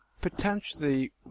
potentially